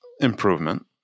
improvement